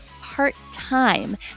part-time